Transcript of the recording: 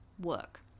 work